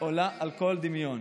עולה על כל דמיון.